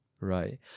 Right